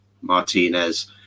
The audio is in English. martinez